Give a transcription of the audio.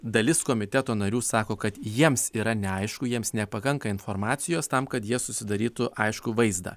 dalis komiteto narių sako kad jiems yra neaišku jiems nepakanka informacijos tam kad jie susidarytų aiškų vaizdą